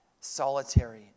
solitary